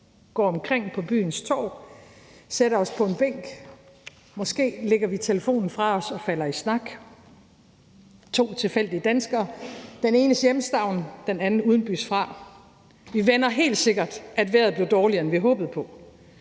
går omkring på byens torv, sætter os på en bænk, og måske lægger vi telefonen fra os og falder i snak. To tilfældige danskere, den enes hjemstavn, og den anden udenbys fra, og vi vender helt sikkert, at vejret blev dårligere, end vi håbede på.